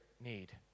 need